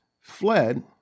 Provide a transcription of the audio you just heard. fled